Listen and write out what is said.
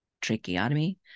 tracheotomy